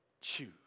choose